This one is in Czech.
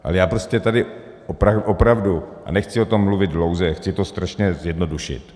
Ale já prostě tady opravdu a nechci o tom mluvit dlouze, chci to strašně zjednodušit.